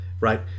right